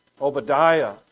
Obadiah